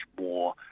more